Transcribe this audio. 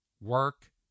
work